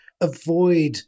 avoid